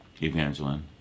Evangeline